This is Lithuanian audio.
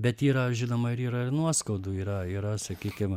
bet yra žinoma ir yra ir nuoskaudų yra yra sakykim